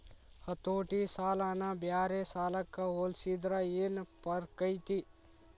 ಹತೋಟಿ ಸಾಲನ ಬ್ಯಾರೆ ಸಾಲಕ್ಕ ಹೊಲ್ಸಿದ್ರ ಯೆನ್ ಫರ್ಕೈತಿ?